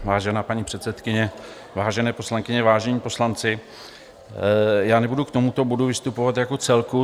Vážená paní předsedkyně, vážené poslankyně, vážení poslanci, já nebudu k tomuto bodu vystupovat jako celku.